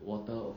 water